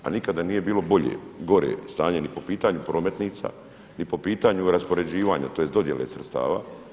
A nikada nije bilo gore stanje ni po pitanju prometnica ni po pitanju raspoređivanja, tj. dodjele sredstava.